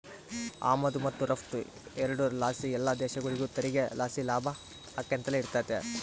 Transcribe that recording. ಆಮದು ಮತ್ತು ರಫ್ತು ಎರಡುರ್ ಲಾಸಿ ಎಲ್ಲ ದೇಶಗುಳಿಗೂ ತೆರಿಗೆ ಲಾಸಿ ಲಾಭ ಆಕ್ಯಂತಲೆ ಇರ್ತತೆ